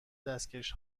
دستکش